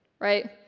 right